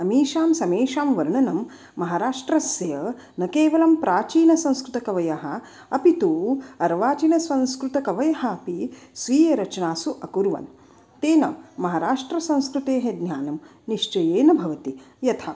अमीषां समेषां वर्णनं महाराष्ट्रस्य न केवलं प्राचीनसंस्कृतकवयः अपि तु अर्वाचीनसंस्कृतकवयः अपि स्वीयरचनासु अकुर्वन् तेन महराष्ट्रसंस्कृतेः ज्ञानं निश्चयेन भवति यथा